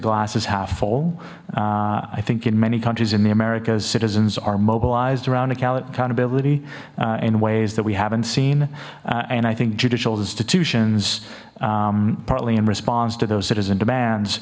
is half full i think in many countries in the americas citizens are mobilized around accountability in ways that we haven't seen and i think judicial institutions partly in response to those citizen demands